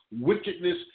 wickedness